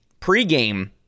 pregame